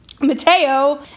mateo